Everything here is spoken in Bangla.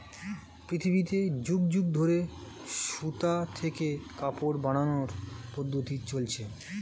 পৃথিবীতে যুগ যুগ ধরে সুতা থেকে কাপড় বানানোর পদ্ধতি চলছে